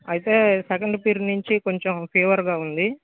అయితే second period నుంచి కొంచం ఫీవర్గా ఉంది